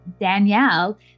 Danielle